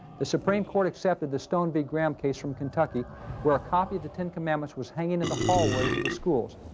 the supreme court accepted the stone v. graham case from kentucky where a copy of the ten commandments was hanging in the hallways of the schools.